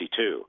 1962